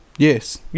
Yes